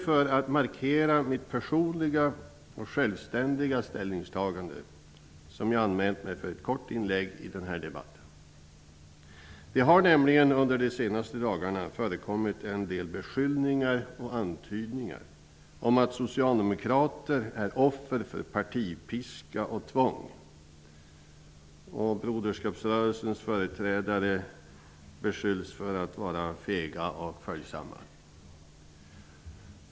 För att markera mitt personliga och självständiga ställningstagande har jag anmält mig för ett kort inlägg i denna debatt. Under de senaste dagarna har det nämligen förekommit en del beskyllningar och antydningar om att socialdemokrater är offer för partipiska och tvång. Och Broderskapsrörelsens företrädare beskylls för att vara fega och följsamma.